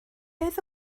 oedd